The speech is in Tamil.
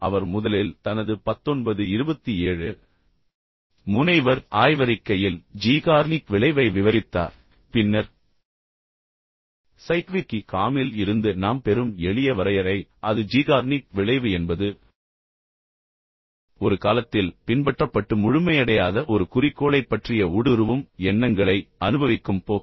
அவர் முதலில் தனது பத்தொன்பது இருபத்தி ஏழு முனைவர் ஆய்வறிக்கையில் ஜீகார்னிக் விளைவை விவரித்தார் பின்னர் சைக்விக்கி காமில் இருந்து நாம் பெறும் எளிய வரையறை அது ஜீகார்னிக் விளைவு என்பது ஒரு காலத்தில் பின்பற்றப்பட்டு முழுமையடையாத ஒரு குறிக்கோளைப் பற்றிய ஊடுருவும் எண்ணங்களை அனுபவிக்கும் போக்கு